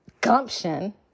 gumption